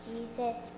Jesus